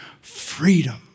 freedom